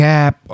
Cap